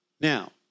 Now